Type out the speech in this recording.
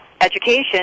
education